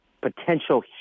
potential